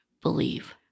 believe